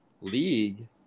league